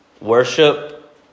worship